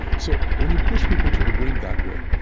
so when you push people to the brink that way,